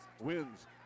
wins